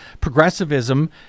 progressivism